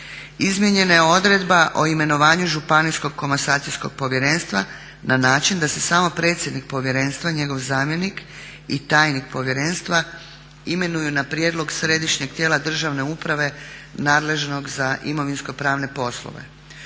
Izmijenjena je odredba o imenovanju Županijskog komasacijskog povjerenstva na način da se samo predsjednik povjerenstva, njegov zamjenik i tajnik povjerenstva imenuju na prijedlog središnjeg tijela državne uprave nadležnog za imovinsko pravne poslove.